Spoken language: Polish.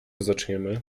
zaczniemy